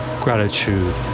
Gratitude